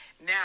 Now